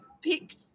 picked